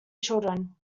children